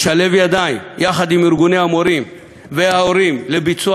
לשלב ידיים עם ארגוני המורים וההורים לביצוע